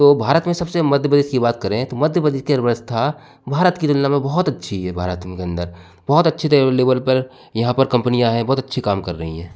तो भारत में सबसे मध्य प्रदेश की बात करें तो मध्य प्रदेश की अर्थव्यवस्था भारत की तुलना में बहुत अच्छी है भारत के अंदर बहुत अच्छे लेवल पर यहाँ पर कंपनियां है बहुत अच्छी काम कर रही हैं